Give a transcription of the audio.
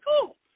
cool